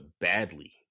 badly